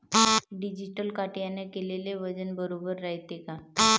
Digital काट्याने केलेल वजन बरोबर रायते का?